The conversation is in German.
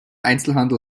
einzelhandel